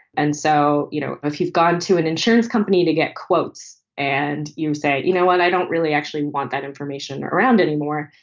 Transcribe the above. and so, you know, if you've gone to an insurance company to get quotes and you say, you know what, i don't really actually want that information around anymore,